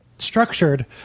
structured